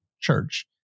church